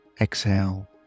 Exhale